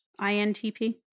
INTP